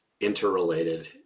interrelated